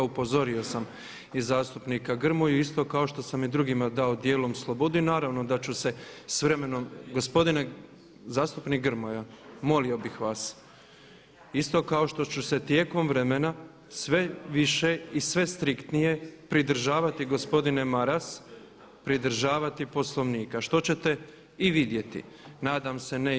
Upozorio sam i zastupnika Grmoju isto kao što sam i drugima dao dijelom slobodu i naravno da ću se s vremenom, gospodine zastupnik Grmoja molio bih vas isto kao što ću se tijekom vremena sve više i sve više striktnije pridržavati gospodine Maras, pridržavati Poslovnika što ćete i vidjeti nadam se ne i okusiti.